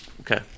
Okay